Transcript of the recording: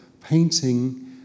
painting